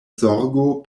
zorgo